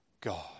God